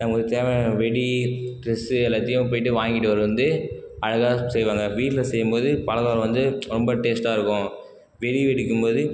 நமக்கு தேவையான வெடி ட்ரெஸ்ஸு எல்லாத்தையும் போயிட்டு வாங்கிட்டு வரு வந்து அழகா செய்வாங்கள் வீட்டில் செய்யும் போது பலகாரம் வந்து ரொம்ப டேஸ்ட்டாக இருக்கும் வெடி வெடிக்கும் போது